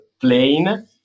plain